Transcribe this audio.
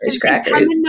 crackers